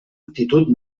actitud